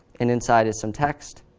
and inside is some text,